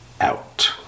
out